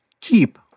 keep